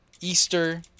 Easter